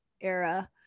era